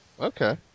Okay